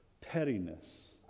Pettiness